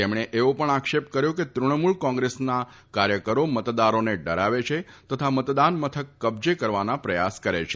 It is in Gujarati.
તેમણે એવો પણ આક્ષેપ કર્યો કે તૃણમૂલ કોંગ્રેસ પક્ષના કાર્યકરો મતદારોને ડરાવે છે તથા મતદાન મથક કબજે કરવાના પ્રયાસો કરે છે